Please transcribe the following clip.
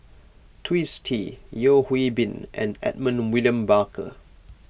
Twisstii Yeo Hwee Bin and Edmund William Barker